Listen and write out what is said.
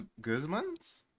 guzman's